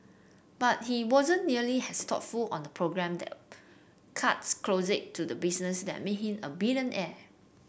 but he wasn't nearly as thoughtful on the problem that cuts closest to the business that's made him a billionaire